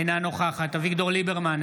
אינה נוכחת אביגדור ליברמן,